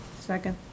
Second